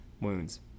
wounds